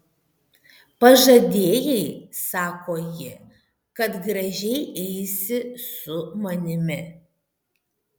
pažadėjai sako ji kad gražiai eisi su manimi